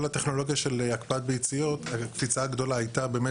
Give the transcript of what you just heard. כל הטכנולוגיה של הקפאת ביציות קפיצה גדולה הייתה.